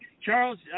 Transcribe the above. Charles